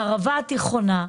הערבה התיכונה,